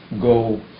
go